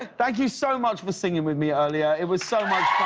thank you so much for singing with me earlier. it was so